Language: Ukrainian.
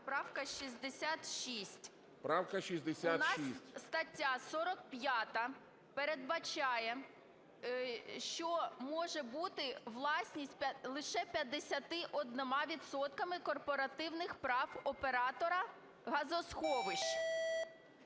А.К. У нас стаття 45 передбачає, що може бути власність лише 51 відсотками корпоративних прав оператора газосховищ.